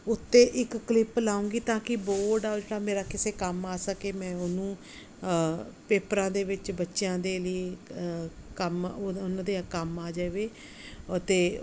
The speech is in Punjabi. ਉੱਤੇ ਇੱਕ ਕਲਿੱਪ ਲਾਉਂਗੀ ਤਾਂ ਕਿ ਬੋਰਡ ਅਲਟਾ ਮੇਰਾ ਕਿਸੇ ਕੰਮ ਆ ਸਕੇ ਮੈਂ ਉਹਨੂੰ ਪੇਪਰਾਂ ਦੇ ਵਿੱਚ ਬੱਚਿਆਂ ਦੇ ਲਈ ਕੰਮ ਉਹਦਾ ਉਹਨਾਂ ਦੇ ਕੰਮ ਆ ਜਾਵੇ ਅਤੇ